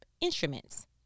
instruments